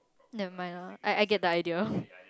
never mind lah I I get the idea